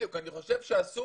בדיוק, אני חושב שאסור.